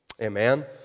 Amen